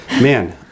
man